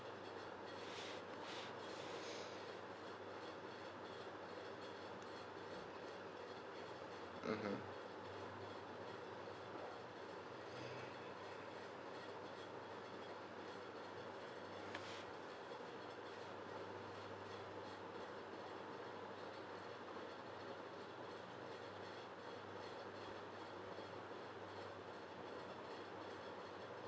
mmhmm